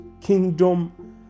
kingdom